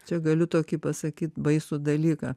čia galiu tokį pasakyt baisų dalyką